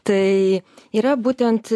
tai yra būtent